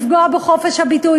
לפגוע בחופש הביטוי,